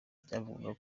byavugwaga